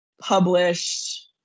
published